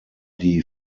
die